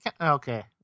okay